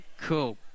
Cool